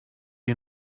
you